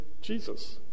Jesus